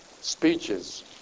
speeches